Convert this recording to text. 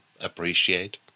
appreciate